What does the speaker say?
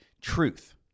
truth